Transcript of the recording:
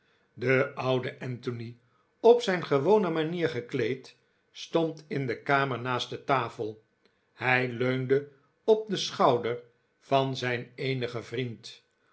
de oude anthony op zijn gewone manier gekleed stond in de kamer naast de tafel hij leunde op den schouder van zijn eenigen vriend